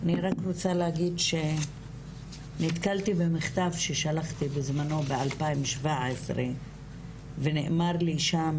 אני רק רוצה להגיד שנתקלתי במכתב ששלחתי בזמנו ב-2017 ונאמר לי שם,